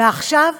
ועכשיו,